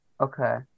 Okay